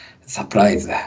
surprise